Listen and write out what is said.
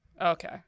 Okay